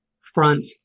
Front